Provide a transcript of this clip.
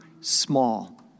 small